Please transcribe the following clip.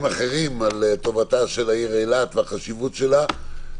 אחרים על טובתה של העיר אילת והחשיבות שלה,